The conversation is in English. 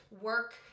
work